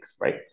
right